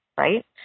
Right